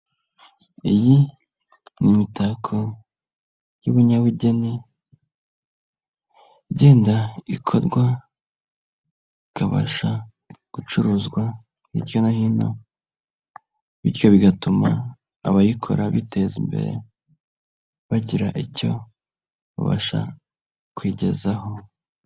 Iyi ni imitako y'ubunyabugeni igenda ikorwa ikabasha gucuruzwa hirya no hino bityo bigatuma abayikora biteza imbere bagira icyo babasha kwigezaho.